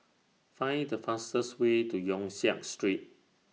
Find The fastest Way to Yong Siak Street